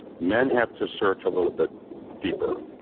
men have to search a little bit deeper.